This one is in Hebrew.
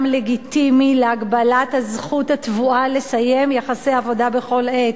לגיטימי להגבלת הזכות הטבועה לסיים יחסי עבודה בכל עת,